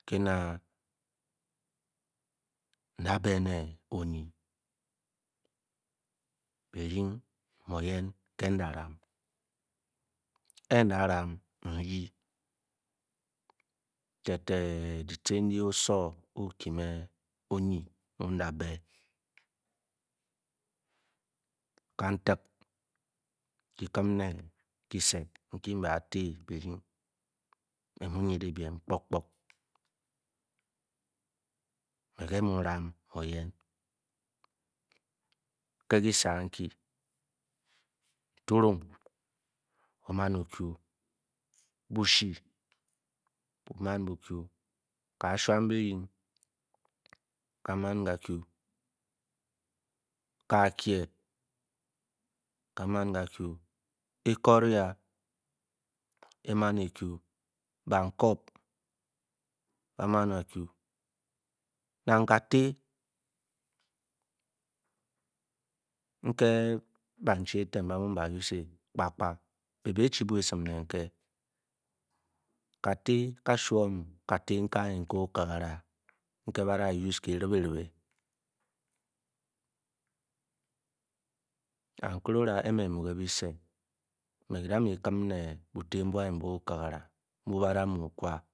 Kena n'da bene onyi, byiring mé oyen ké nda ram ke nda ram e-ryi fe-te dyici ndyi osowo õõ kime onyi mu nda bé kantak kikim ne kyise nki ba ti byiring me mu nyndenv biem kpok-kpok me ke mu ram me oyen ke kyisr ankyi nturung oman o'ku, bushi bu man buku, kashwam byiring ka man ka ka kaakye ka’ man ka ku ekoria e-man eku ba'nkop ba'man ba ku nang kati nkr bab-chi eten ba ma ba use kpa kpa be bi chi bwa esim ne nke kati kashwom ka'tr nke anyi nke okagara nke ba'da use ké ryibe-ryibe, nang nkere ora ke me mu ke byise me ki da'kim ne buti nbu okgara nbu ba'da mee okwáá.